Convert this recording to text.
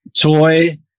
Toy